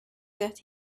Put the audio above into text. that